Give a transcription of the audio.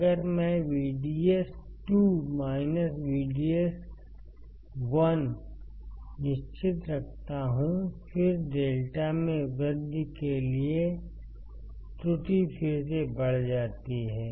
अगर मैं VDS2 VDS1 निश्चित रखता हूं फिर λ में वृद्धि के लिए त्रुटि फिर से बढ़ जाती है